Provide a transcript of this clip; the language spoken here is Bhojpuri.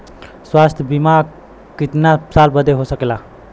स्वास्थ्य बीमा कितना साल बदे हो सकेला?